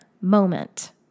moment